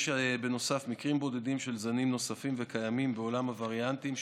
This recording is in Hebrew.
בנוסף יש מקרים בודדים של זנים נוספים וקיימים בעולם הווריאנטים,